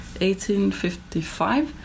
1855